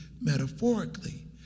metaphorically